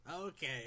Okay